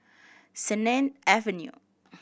Sennett Avenue